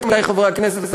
עמיתי חברי הכנסת,